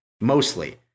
Mostly